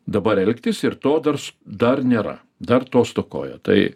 dabar elgtis ir to dars dar nėra dar to stokoja tai